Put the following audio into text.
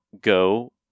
go